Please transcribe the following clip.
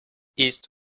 east